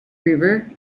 river